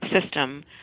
system